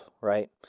right